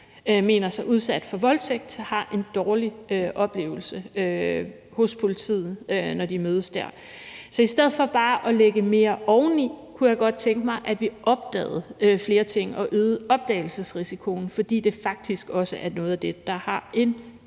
mener sig udsat for voldtægt, har en dårlig oplevelse hos politiet, når de mødes der. Så i stedet for bare at lægge mere oveni kunne jeg godt tænke mig, at vi opdagede flere ting og øgede opdagelsesrisikoen, fordi det faktisk også er noget af det, der har en